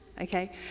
okay